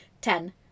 Ten